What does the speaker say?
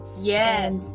Yes